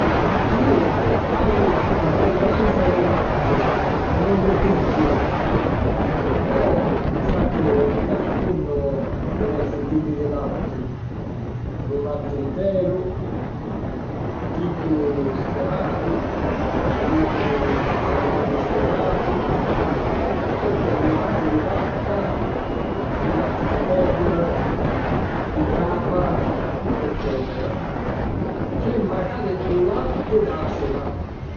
Iu haju intolleranza a lu latti e nun nni pigghiu. Però sacciu ca ci sunnu diversi tipi di latti: lu latti interu, chiddu scrematu, chiddu parzialmenti scrematu; poi c'è lu latti di vacca, lu latti di pècura, di crapa, eccètera. C'è macari lu latti d'àsina.